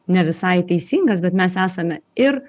ne visai teisingas bet mes esame ir